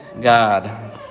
God